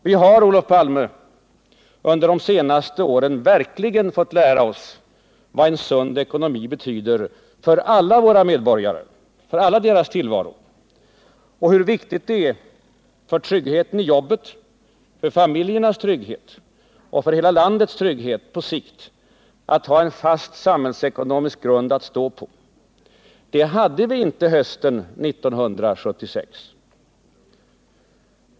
Vi har, Olof Palme, under de senaste åren verkligen fått lära oss vad en sund ekonomi betyder för alla medborgares tillvaro och hur viktigt det är för tryggheten i jobbet, för familjens trygghet och för hela landets trygghet på sikt att ha en fast samhällsekonomisk grund att stå på. Det hade vi inte hösten 1976.